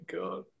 God